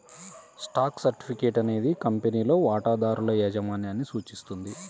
stock certificate అనేది కంపెనీలో వాటాదారుల యాజమాన్యాన్ని సూచిస్తుంది